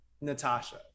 Natasha